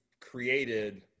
created